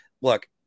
Look